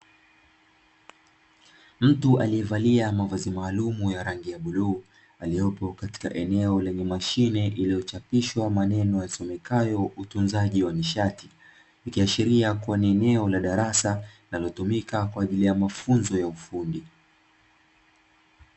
Mtu alievalia mavazi maalumu ya rangi ya bluu aliyopo katika eneo lenye mashine, iliyochapishwa maneno yasomekayo "utunzaji wa nishati" ikiashiria kuwa ni eneo la darasa linalotumika kwa ajili ya mafunzo ya ufundi.